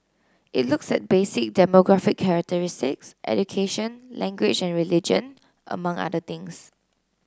it looks at basic demographic characteristics education language and religion among other things